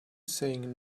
saying